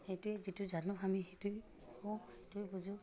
সেইটোৱে যিটো জানো আমি সেইটোৱে কওঁ সেইটোৱে বুজো